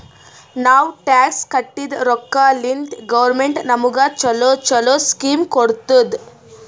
ನಾವ್ ಟ್ಯಾಕ್ಸ್ ಕಟ್ಟಿದ್ ರೊಕ್ಕಾಲಿಂತೆ ಗೌರ್ಮೆಂಟ್ ನಮುಗ ಛಲೋ ಛಲೋ ಸ್ಕೀಮ್ ಕೊಡ್ತುದ್